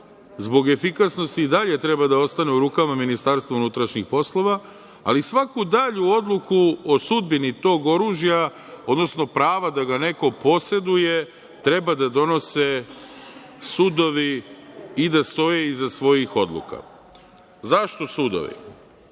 zbog efikasnosti i dalje treba da ostane u rukama Ministarstva unutrašnjih poslova, ali svaku dalju odluku o sudbini tog oružja, odnosno prava da ga neko poseduje treba da donose sudovi i da stoje iza svojih odluka.Zašto sudovi?